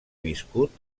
viscut